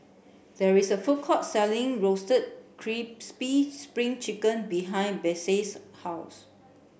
there is a food court selling roasted crispy spring chicken behind Besse's house